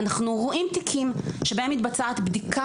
אנחנו רואים תיקים שבהם מתבצעת בדיקה